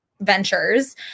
ventures